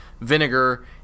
vinegar